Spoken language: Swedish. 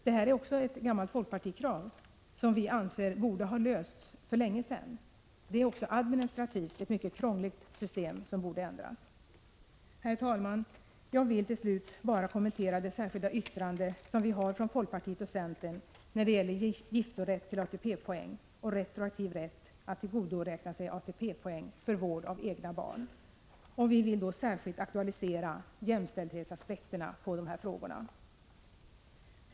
Det är fråga om ett gammalt folkpartikrav, som vi anser borde ha uppfyllts för länge sedan. Nuvarande system är också administrativt mycket krångligt och borde ändras. ; Herr talman! Jag vill till slut bara kommentera det särskilda yttrandet från folkpartiet och centern när det gäller giftorätt till ATP-poäng och retroaktiv rätt att tillgodoräkna sig ATP-poäng för vård av egna barn. Vi vill särskilt aktualisera jämställdhetsaspekterna på de här frågorna.